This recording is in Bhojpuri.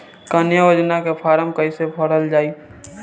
कन्या योजना के फारम् कैसे भरल जाई?